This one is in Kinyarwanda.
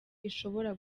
ishobora